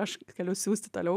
aš galiu siųsti toliau